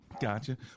Gotcha